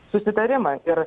susitarimą ir